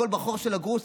הכול בחור של הגרוש?